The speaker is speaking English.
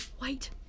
wait